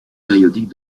périodique